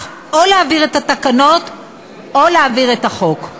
או להעביר את התקנות או להעביר את החוק.